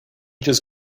just